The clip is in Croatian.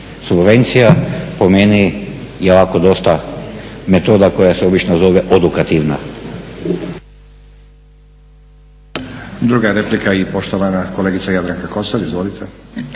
subvencija po meni je ovako dosta metoda koja se obično zove odokativna.